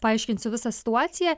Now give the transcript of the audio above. paaiškinsiu visą situaciją